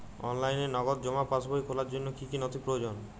অনলাইনে নগদ জমা পাসবই খোলার জন্য কী কী নথি প্রয়োজন?